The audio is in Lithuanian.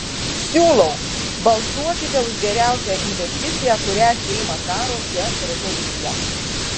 siūlau balsuokite už geriausią investiciją kurią seimas daro šia rezoliucija